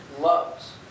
loves